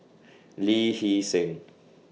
Lee Hee Seng